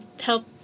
help